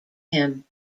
him